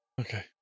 Okay